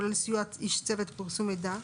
כולל סיוע איש צוות ופרסום מידע),